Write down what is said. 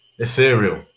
Ethereal